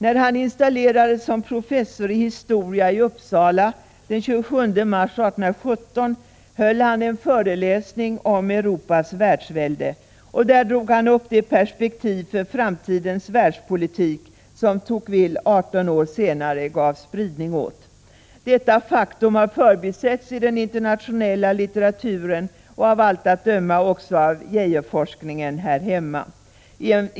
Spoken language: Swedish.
När han installerades som professor i historia i Uppsala den 27 mars 1817 höll han en föreläsning om Europas världsvälde. Där drog han upp det perspektiv för framtidens världspolitik som Tocqueville 18 år senare gav spridning åt. Detta faktum har förbisetts i den internationella litteraturen och av allt att döma även av Geijerforskningen här hemma.